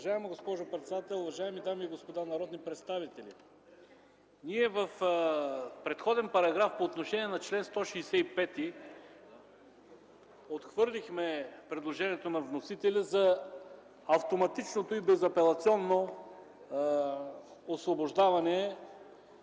Уважаема госпожо председател, уважаеми дами и господа народни представители! В предходен параграф по отношение на чл. 165 ние отхвърлихме предложението на вносителя за автоматичното и безапелационно освобождаване